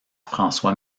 françois